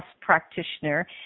practitioner